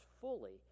fully